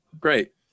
Great